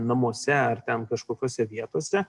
namuose ar ten kažkokiose vietose